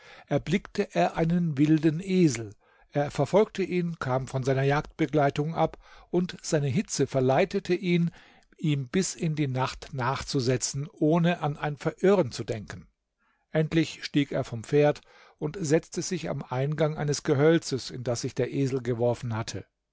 erblickte er einen wilden esel er verfolgte ihn kam von seiner jagdbegleitung ab und seine hitze verleitete ihn ihm bis in die nacht nachzusetzen ohne an ein verirren zu denken endlich stieg er vom pferd und setzte sich am eingang eines gehölzes in das sich der esel geworfen hatte